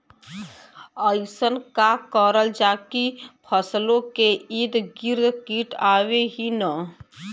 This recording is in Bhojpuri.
अइसन का करल जाकि फसलों के ईद गिर्द कीट आएं ही न?